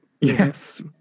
Yes